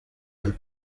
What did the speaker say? del